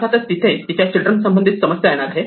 अर्थातच तिथे त्याच्या चिल्ड्रन संबंधित समस्या येणार आहे